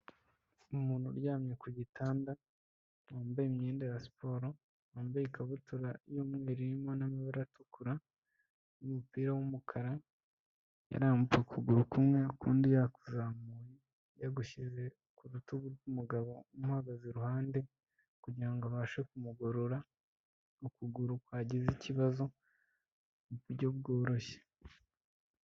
Umuntu uryamye ku gitanda wambaye imyenda ya siporo wambaye ikabutura yumweru irimo namabara atukura numupira wumukara yarambuye ukuguru kumwe ukundi yakuzamuye yagushyize ku rutugu rwumugabo um, uhagaze iruhande kugirango abashe kumugorora ukuguru kwagize ikibazo muburyo bworoshye.